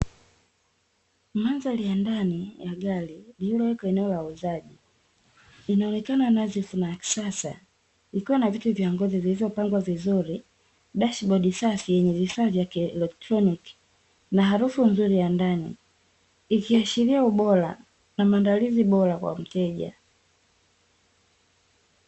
Mandhari ya ndani ya gari lililowekwa eneo la uuzaji, inaonekana nadhifu na ya kisasa, ikiwa na viti vya ngozi vilivyopangwa vizuri, dashibodi safi yenye vifaa vya kielektroniki, na harufu nzuri ya ndani, ikiashiria ubora na maandalizi bora kwa mteja.